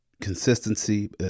consistency